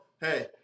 hey